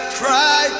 cry